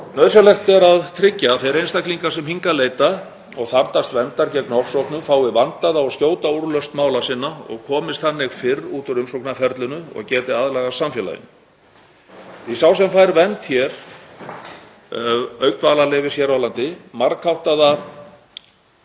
Nauðsynlegt er að tryggja að þeir einstaklingar sem hingað leita og þarfnast verndar gegn ofsóknum fái vandaða og skjóta úrlausn mála sinna og komist þannig fyrr út úr umsóknarferlinu og geti aðlagast samfélaginu því að sá sem fær vernd fær, auk dvalarleyfis hér á landi, margháttaða